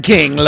King